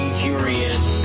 curious